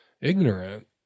ignorant